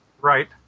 right